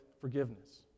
forgiveness